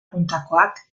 puntakoak